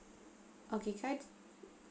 okay can I